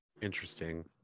interesting